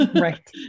right